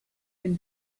been